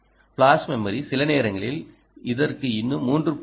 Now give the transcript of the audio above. flash memory சில நேரங்களில் இதற்கு இன்னும் 3